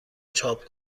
چاپ